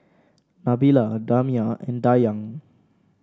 Nabila Damia and Dayang